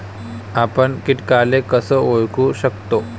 आपन कीटकाले कस ओळखू शकतो?